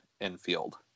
infield